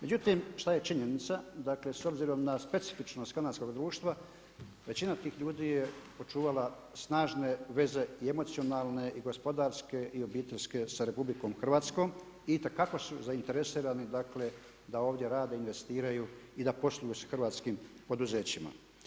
Međutim, šta je činjenica, dakle s obzirom na specifičnost kanadskog društva većina tih ljudi je očuvala snažne veze i emocionalne i gospodarske i obiteljske sa RH, itekako su zainteresirani dakle da ovdje rade, investiraju i da posluju sa hrvatskim poduzećima.